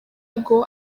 bwo